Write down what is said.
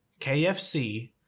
KFC